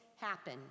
happen